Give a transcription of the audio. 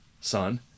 son